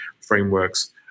frameworks